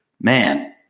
man